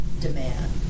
demand